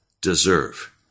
deserve